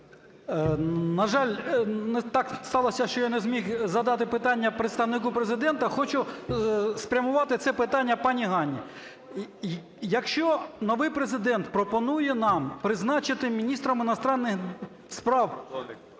На жаль, так сталося, що я не зміг задати питання Представнику Президента, хочу спрямувати це питання пані Ганні. Якщо новий Президент пропонує нам призначити міністром закордонних справ